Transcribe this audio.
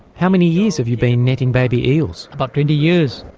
how many years have you been netting baby eels? about twenty years.